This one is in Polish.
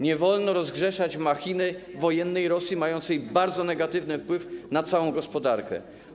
Nie wolno rozgrzeszać machiny wojennej Rosji mającej bardzo negatywny wpływ na całą gospodarkę.